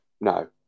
No